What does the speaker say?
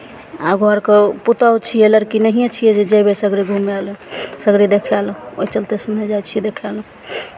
आब घरके पुतहु छियै लड़की नहिए छियै जे जयबै सगरे घुमय लए सगरे देखय लए ओहि चलते से नहि जाइ छियै देखय लए